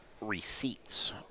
receipts